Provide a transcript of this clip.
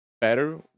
better